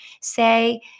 say